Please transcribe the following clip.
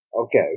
Okay